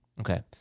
Okay